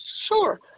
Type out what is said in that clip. Sure